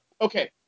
okay